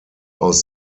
aus